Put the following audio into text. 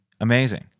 amazing